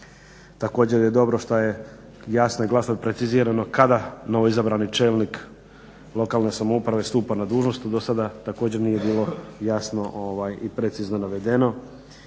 Također je dobro što je jasno i glasno precizirano kada novoizabrani čelnik lokalne samouprave stupa na dužnost što dosada također nije bilo jasno i precizno navedeno.